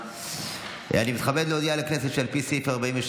אני מתכבד להודיע לכנסת שעל פי סעיף 43